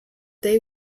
they